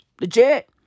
Legit